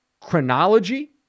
chronology